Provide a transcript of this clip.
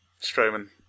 Strowman